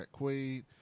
Quaid